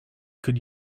could